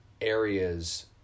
areas